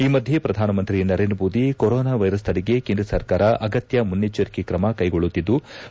ಈ ಮಧ್ಯೆ ಪ್ರಧಾನಮಂತ್ರಿ ನರೇಂದ್ರಮೋದಿ ಕೊರೊನಾ ವ್ಲೆರಸ್ ತಡೆಗೆ ಕೇಂದ್ರ ಸರ್ಕಾರ ಅಗತ್ನ ಮುನ್ನೆಚ್ಲರಿಕೆ ಕ್ರಮ ಕ್ಲೆಗೊಳ್ದುತ್ತಿದ್ಲು